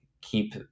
keep